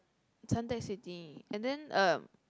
Suntec-City and then um